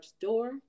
door